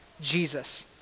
Jesus